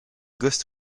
ghost